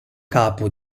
capo